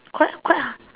quite quite h~